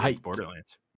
Borderlands